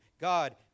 God